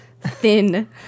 thin